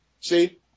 See